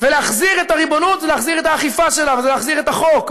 ולהחזיר את הריבונות זה להחזיר את האכיפה שלה וזה להחזיר את החוק.